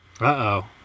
Uh-oh